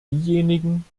diejenigen